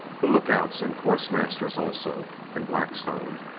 the lookouts and course masters, also. and blackstone.